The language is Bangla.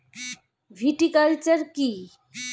ভিটিকালচার কী?